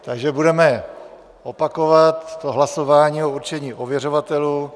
Takže budeme opakovat to hlasování o určení ověřovatelů.